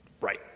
Right